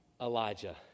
Elijah